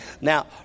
Now